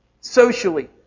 socially